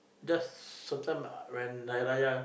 just some time when Hari Raya